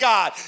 God